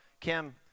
Kim